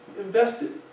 invested